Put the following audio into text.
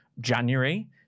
January